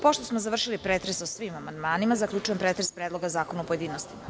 Pošto smo završili pretres o svim amandmanima, zaključujem pretres Predloga zakona u pojedinostima.